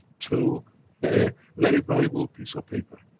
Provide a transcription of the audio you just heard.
to a very valuable piece of paper.